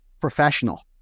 professional